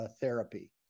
therapy